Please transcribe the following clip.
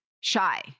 shy